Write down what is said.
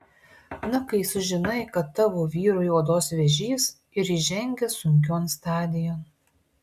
na kai sužinai kad tavo vyrui odos vėžys ir įžengęs sunkion stadijon